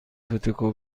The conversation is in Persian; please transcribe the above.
فتوکپی